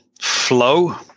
flow